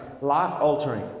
life-altering